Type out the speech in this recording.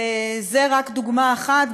וזאת רק דוגמה אחת,